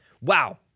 Wow